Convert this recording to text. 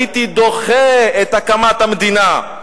הייתי דוחה" את הקמת המדינה.